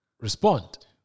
respond